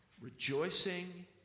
rejoicing